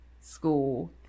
school